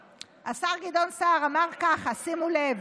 השר גדעון סער אמר ככה, שימו לב,